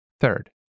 Third